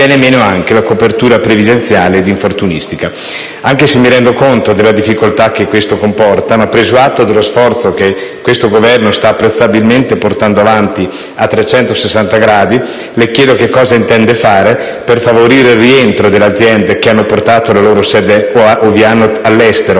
viene meno anche la copertura previdenziale ed infortunistica. Anche se mi rendo conto della difficoltà che questo comporta, preso atto dello sforzo che questo Governo sta apprezzabilmente portando avanti a trecentosessanta gradi, le chiedo che cosa intende fare per favorire il rientro delle aziende che hanno portato la loro sede all'estero